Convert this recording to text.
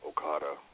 Okada